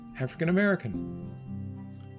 African-American